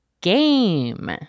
GAME